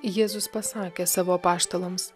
jėzus pasakė savo apaštalams